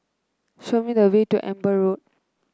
show me the way to Amber Road